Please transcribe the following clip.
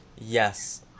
Yes